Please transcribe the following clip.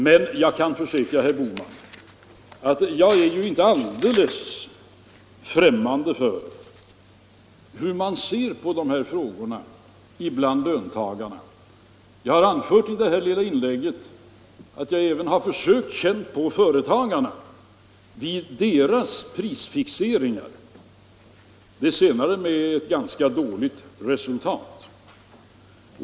Men jag kan försäkra herr Bohman att jag inte är alldeles främmande för hur man ser på dessa frågor bland löntagarna. Jag har i det här lilla inlägget anfört att jag även har försökt känna mig för hos företagarna vid deras prisfixeringar. Det senare med ganska dåligt resultat.